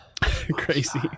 Crazy